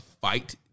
Fight